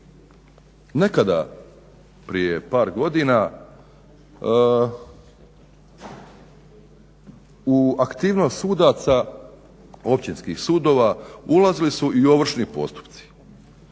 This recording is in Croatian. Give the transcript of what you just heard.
Nekada prije par godina u aktivnost sudaca Općinskih sudova ulazili su i ovršni postupci,